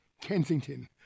Kensington